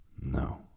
no